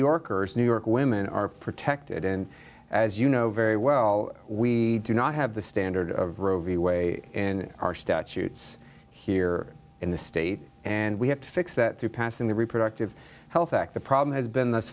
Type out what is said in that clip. yorkers new york women are protected and as you know very well we do not have the standard of roe v wade and our statutes here in the state and we have to fix that through passing the reproductive health act the problem has been this